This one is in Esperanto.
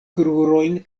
krurojn